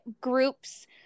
groups